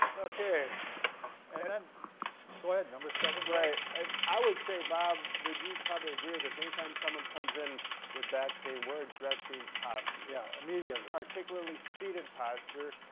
okay and then go ahead number seven right i would say bob would you probably agree this, anytime someone comes in with back pain, we're addressing posture? yeah immediately. particularly seated posture,